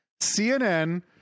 CNN